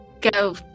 go